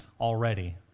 already